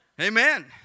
Amen